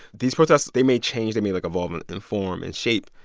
these protests they may change. they may, like, evolve and in form and shape.